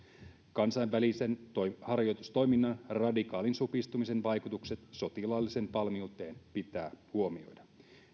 kansainvälisen harjoitustoiminnan radikaalin supistumisen vaikutukset sotilaalliseen valmiuteen pitää huomioida